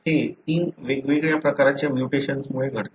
हे तीन वेगवेगळ्या प्रकारच्या म्युटेशन्समुळे घडते